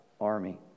army